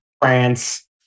France